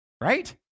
Right